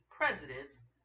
presidents